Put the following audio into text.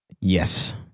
Yes